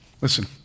Listen